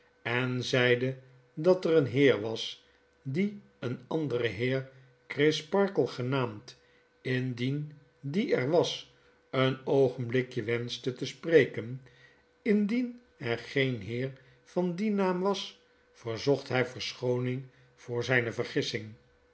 en zeide dat er een heer was die een anderen heer crisparkle genaamd indien die er was een oogenblikje wenschte te spreken indien er geen heer van dien naam was verzocht hy verschooning voor zijne vergissing